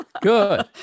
good